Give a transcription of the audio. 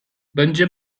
będzie